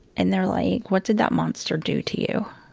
and they're like, what did that monster do to you?